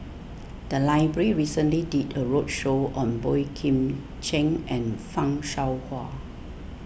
the library recently did a roadshow on Boey Kim Cheng and Fan Shao Hua